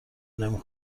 نمی